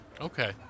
Okay